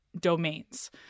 domains